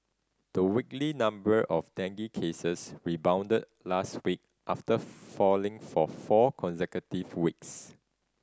the weekly number of dengue cases rebounded last week after falling for four consecutive weeks